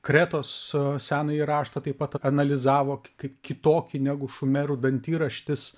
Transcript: kretos senąjį raštą taip pat analizavo kaip kitokį negu šumerų dantiraštis